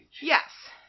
Yes